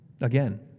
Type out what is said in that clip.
again